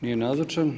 Nije nazočan.